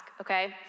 okay